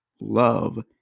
love